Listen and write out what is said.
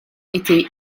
était